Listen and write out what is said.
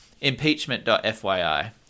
Impeachment.fyi